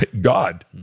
God